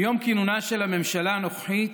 מיום כינונה של הממשלה הנוכחית